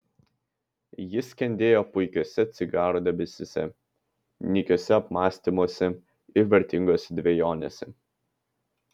jis skendėjo puikiuose cigaro debesyse nykiuose apmąstymuose ir vertingose dvejonėse